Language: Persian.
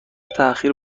تاخیر